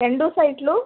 രണ്ട് ദിവസം ആയിട്ടുള്ളൂ